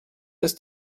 ist